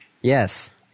Yes